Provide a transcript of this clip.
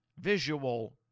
visual